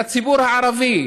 לציבור הערבי,